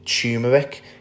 turmeric